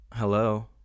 Hello